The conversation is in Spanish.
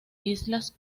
islas